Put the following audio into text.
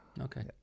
Okay